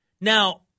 Now